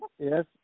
Yes